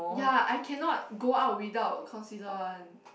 ya I cannot go out without consider one